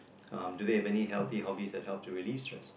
um do they have any healthy hobbies that help to release stess